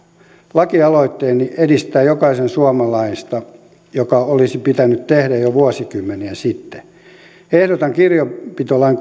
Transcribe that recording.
lakialoitteeni edistää jokaista suomalaista ja se olisi pitänyt tehdä jo vuosikymmeniä sitten ehdotan kirjanpitolain